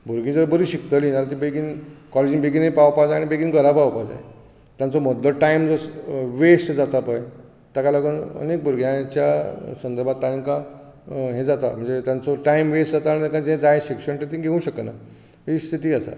भुरगीं जर बरीं शिकतलीं जाल्यार कॉलेजीक बेगीनय पावपाक जाय आनी बेगीन घरा पावपाक जाय तांचो मदलो टायम जो वेस्ट जाता पय ताका लागून आनीक भुरग्यांच्या संदर्भांत तांकां हें जाता म्हणजे तांचो टायम वेस्ट जाता आनी तांकां जें जाय शिक्षण तें ती घेवंक शकनात ही स्थिती आसा